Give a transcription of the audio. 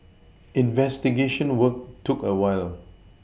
investigation work took a while